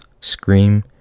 scream